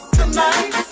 tonight